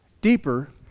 deeper